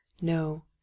No